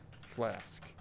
Flask